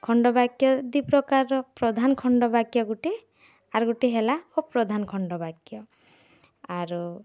ଖଣ୍ଡବାକ୍ୟ ଦି ପ୍ରକାରର ପ୍ରଧାନ୍ ଖଣ୍ଡ ବାକ୍ୟ ଗୁଟେ ଆର୍ ଗୁଟେ ହେଲା ଅପ୍ରାଧାନ୍ ଖଣ୍ଡବାକ୍ୟ ଆରୁ